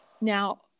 now